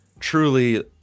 Truly